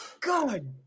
God